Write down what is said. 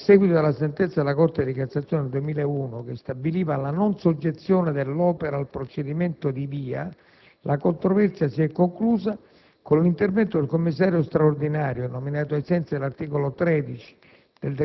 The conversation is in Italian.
A seguito della sentenza della Corte di cassazione del 2001, che stabiliva la non soggezione dell'opera al procedimento di VIA, la controversia si è conclusa con l'intervento del commissario straordinario, nominato ai sensi dell'articolo 13